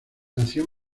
nació